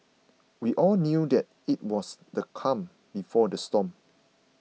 we all knew that it was the calm before the storm